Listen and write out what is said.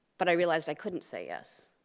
but i realized i couldn't say yes.